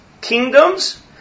kingdoms